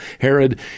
Herod